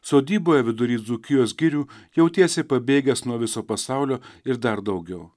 sodyboje vidury dzūkijos girių jautiesi pabėgęs nuo viso pasaulio ir dar daugiau